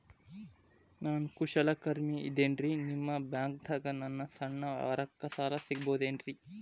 ನಾ ಕುಶಲಕರ್ಮಿ ಇದ್ದೇನ್ರಿ ನಿಮ್ಮ ಬ್ಯಾಂಕ್ ದಾಗ ನನ್ನ ಸಣ್ಣ ವ್ಯವಹಾರಕ್ಕ ಸಾಲ ಸಿಗಬಹುದೇನ್ರಿ?